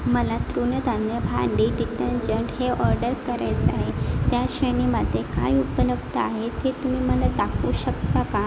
मला तृणधान्य भांडी डिटर्जंट हे ऑर्डर करायचं आहे त्या श्रेणीमध्ये काय उपलब्ध आहे ते तुम्ही मला दाखवू शकता का